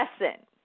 lesson